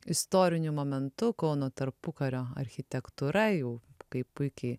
istoriniu momentu kauno tarpukario architektūra jau kaip puikiai